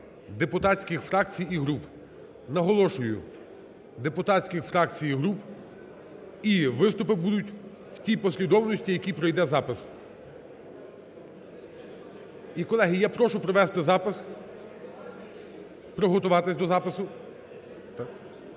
депутатських фракцій і груп. Наголошую, депутатських фракцій і груп. І виступи будуть у тій послідовності, в якій пройде запис. І, колеги, я прошу провести запис, приготуватись до запису.